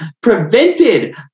prevented